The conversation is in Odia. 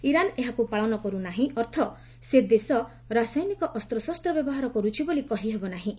ଇରାନ୍ ଏହାକୁ ପାଳନ କରୁନାହିଁ ଅର୍ଥ ସେ ଦେଶ ରସାୟନିକ ଅସ୍ତ୍ରଶସ୍ତ ବ୍ୟବହାର କରୁଛି ବୋଲି କହିହେବ ନାହିଁ